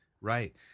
Right